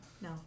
No